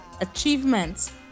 achievements